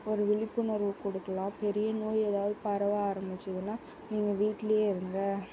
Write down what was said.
ஒரு விழிப்புணர்வு கொடுக்கலாம் பெரிய நோய் ஏதாவது பரவ ஆரமிச்சுதுன்னா நீங்கள் வீட்டிலே இருங்க